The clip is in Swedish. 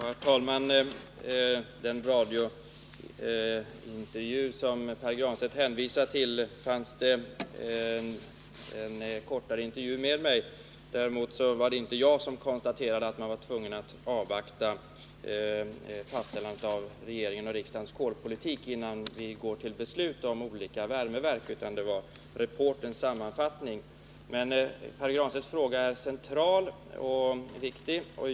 Herr talman! I den radioutsändning Pär Granstedt hänvisar till fanns en kortare intervju med mig. Däremot var det inte jag som konstaterade att man var tvungen att avvakta fastställandet av regeringens och riksdagens kolpolitik innan beslut om olika värmeverk kunde fattas. Det var reporterns sammanfattning. Men Pär Granstedts fråga är central och viktig.